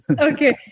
okay